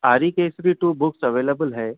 اری کیسری two books available ہے